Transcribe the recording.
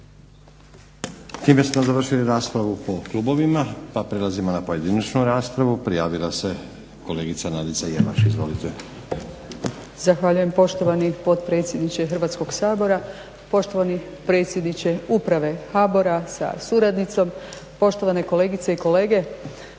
Time smo završili raspravu po klubovima pa prelazimo na pojedinačnu raspravu. Prijavila se kolegica Nadica Jelaš. Izvolite. **Jelaš, Nadica (SDP)** Zahvaljujem poštovani potpredsjedniče Hrvatskog sabora. Poštovani predsjedniče uprave HBOR-a sa suradnicom, poštovane kolegice i kolege.